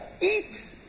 eat